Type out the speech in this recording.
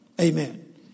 Amen